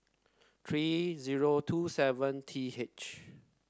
three zero two seven T H